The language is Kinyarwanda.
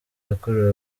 yakorewe